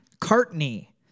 cartney